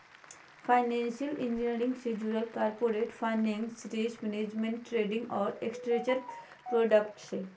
financial engineering से जुडल corporate finance, risk management, trading और स्ट्रक्चर्ड प्रॉडक्ट्स हय